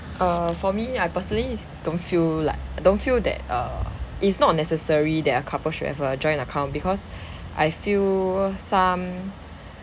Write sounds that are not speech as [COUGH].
err for me I personally don't feel like I don't feel that err it's not necessary that a couple should have a joint account because I feel some [NOISE]